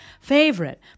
favorite